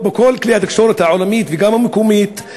בכל כלי התקשורת העולמיים וגם המקומיים,